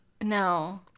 No